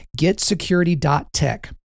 getsecurity.tech